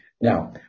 Now